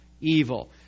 evil